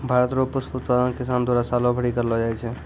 भारत रो पुष्प उत्पादन किसान द्वारा सालो भरी करलो जाय छै